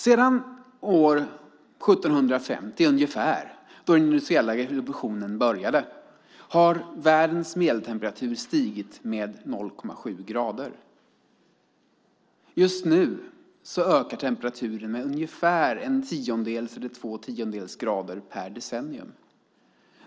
Sedan ca 1750, då den industriella revolutionen började, har världens medeltemperatur stigit med 0,7 grader. Just nu ökar temperaturen med en eller två tiondels grader per decennium.